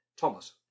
Thomas